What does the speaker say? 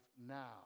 now